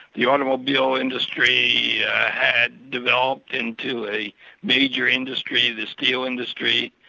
the automobile industry yeah had developed into a major industry, the steel industry,